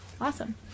Awesome